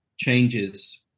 changes